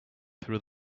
through